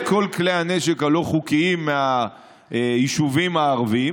כל כלי הנשק הלא-חוקיים מהיישובים הערביים.